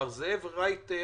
מר זאב רייטר,